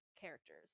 characters